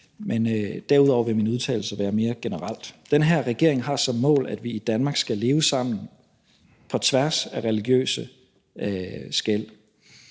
men derudover vil mine udtalelser være mere generelle. Den her regering har som mål, at vi i Danmark skal leve sammen på tværs af religiøse skel.